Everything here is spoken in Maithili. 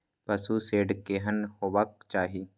पशु शेड केहन हेबाक चाही?